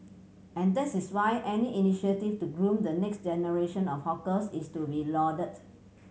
and that is why any initiative to groom the next generation of hawkers is to be lauded